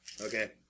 Okay